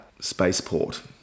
spaceport